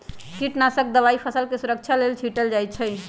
कीटनाशक दवाई फसलके सुरक्षा लेल छीटल जाइ छै